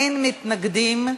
אין מתנגדים.